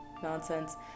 nonsense